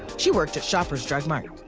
she worked at shoppers drug mart.